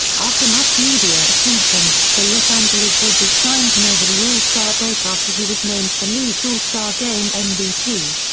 after much media attention, the los angeles dodgers signed him over the all-star break after he was named the league's all-star game mvp.